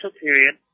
period